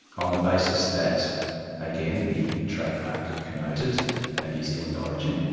on the basis that again the trademark connoted a new zealand origin,